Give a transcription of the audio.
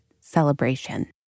celebration